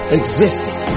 existed